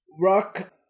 Rock